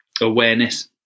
awareness